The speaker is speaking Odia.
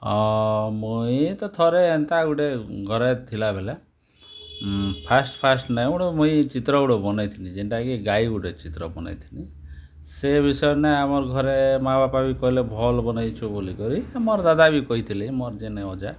ମୁଇଁ ତ ଥରେ ଏନ୍ତା ଗୁଟେ ଘରେ ଥିଲାବେଲେ ଫାର୍ଷ୍ଟ ଫାର୍ଷ୍ଟ ନାଇ ଗୁଟେ ମୁଇଁ ଚିତ୍ର ଗୁଟେ ବନେଇ ଥିଲି ଯେନ୍ଟା କି ଗାଈ ଗୁଟେ ଚିତ୍ର ବନେଇଥିଲି ସେ ବିଷୟରେ ନା ଆମର୍ ଘରେ ମାଆ ବାପା ବି କହେଲେ ଭଲ୍ ବନେଇଛୁଁ ବୋଲିକରି ମୋର୍ ଦାଦା ବି କହିଥିଲେ ମୋର୍ ଝନେ ଅଜା